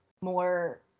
more